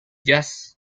jazz